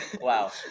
Wow